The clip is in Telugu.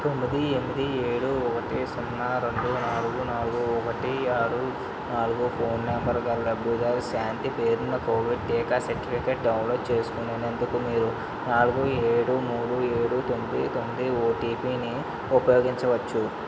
తొమ్మిది ఎనిమిది ఏడు ఒకటి సున్నా రెండు నాలుగు నాలుగు ఒకటి ఆరు నాలుగు ఫోన్ నంబరు గల లబ్ధిదారు శాంతి పేరున కోవిడ్ టీకా సర్టిఫికేట్ డౌన్లోడ్ చేసుకునేందుకు మీరు నాలుగు ఏడు మూడు ఏడు తొమ్మొది తొమ్మిది ఓటిపిని ఉపయోగించవచ్చు